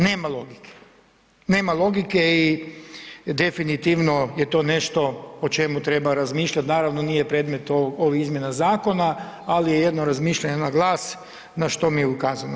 Nema logike, nema logike i definitivno je to nešto o čemu treba razmišljati, naravno nije predmet ove izmjene zakona, ali jedno razmišljanje na glas na što mi je ukazano.